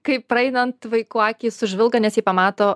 kai praeinant vaikų akys sužvilga nes jie pamato